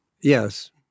Yes